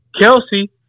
Kelsey